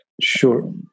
sure